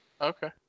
Okay